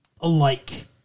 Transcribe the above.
alike